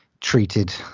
treated